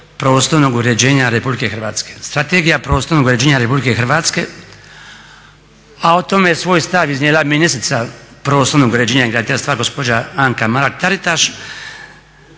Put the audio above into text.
prostornog uređenja RH. Strategija prostornog uređenja RH, a o tome je svoj stav iznijela ministrica prostornog uređenja i graditeljstva gospođa Anka Mrak Taritaš,